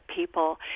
people